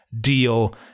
deal